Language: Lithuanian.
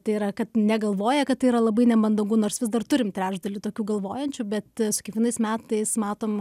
tai yra kad negalvoja kad tai yra labai nemandagu nors vis dar turim trečdalį tokių galvojančių bet su kiekvienais metais matom